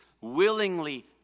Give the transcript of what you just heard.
willingly